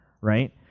right